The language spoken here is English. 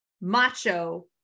macho